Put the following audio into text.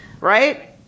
right